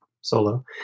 solo